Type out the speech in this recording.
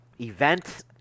event